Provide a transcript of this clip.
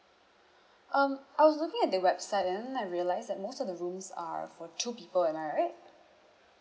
um I was looking at the website and then I realised that most of the rooms are for two people am I right